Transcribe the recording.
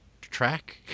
track